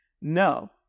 No